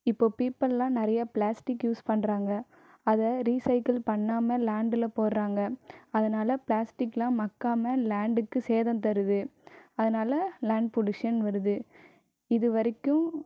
இப்போ பிபுல்லாம் நிறைய பிளாஸ்டிக் யூஸ் பண்ணுறாங்க அதை ரீசைக்கிள் பண்ணாமல் லேண்டில் போடுறாங்க அதனால் பிளாஸ்டிக்லாம் மக்காம லேண்டுக்கு சேருதோ தருது அதனால் லேண்டு பொல்யூஷன் வருது இது வரைக்கும்